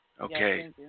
Okay